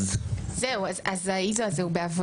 אז ה-ISO הזה הוא בעבודה,